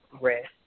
rest